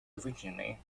originally